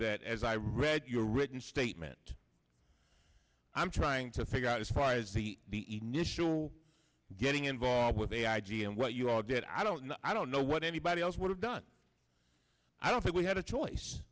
that as i read your written statement i'm trying to figure out as far as the the even issue getting involved with a i g and what you all did i don't know i don't know what anybody else would have done i don't think we had a choice